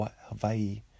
Hawaii